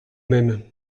même